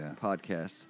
podcast